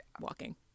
walking